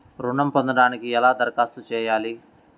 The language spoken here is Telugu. ఋణం పొందటానికి ఎలా దరఖాస్తు చేయాలి?